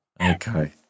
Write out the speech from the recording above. Okay